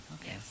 okay